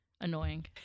Annoying